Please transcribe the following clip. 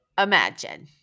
imagine